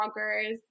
bloggers